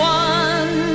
one